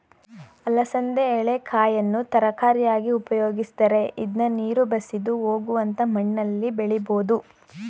ಅಲಸಂದೆ ಎಳೆಕಾಯನ್ನು ತರಕಾರಿಯಾಗಿ ಉಪಯೋಗಿಸ್ತರೆ, ಇದ್ನ ನೀರು ಬಸಿದು ಹೋಗುವಂತ ಮಣ್ಣಲ್ಲಿ ಬೆಳಿಬೋದು